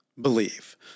believe